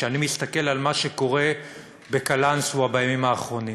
כשאני מסתכל על מה שקורה בקלנסואה בימים האחרונים,